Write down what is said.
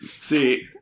See